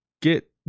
get